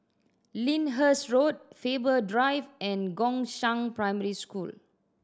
Lyndhurst Road Faber Drive and Gongshang Primary School